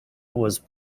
was